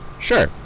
Sure